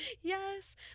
Yes